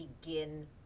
begin